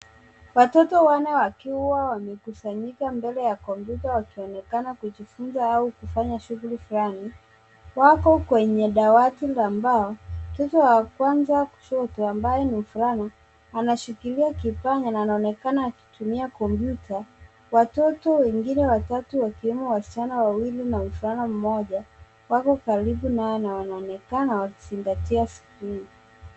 Watoto wanne wakiwa wamekusanyika mbele ya kompyuta wakionekana kujifunza au kufanya shughuli flani wako kwenye dawati la mbao. Mtoto wa kwanza kushoto ambaye ni mvulana anashikilia kipanya na anaonekana akitumia kompyuta. Watoto wengine watatu wakiwemo wasichana wawiwili na mvulana mmoja wako karibu naye na wanaonekana wakizingatia skrini.